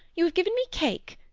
you have given me cake.